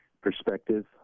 perspective